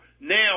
Now